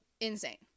Insane